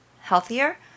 healthier